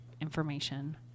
information